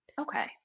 Okay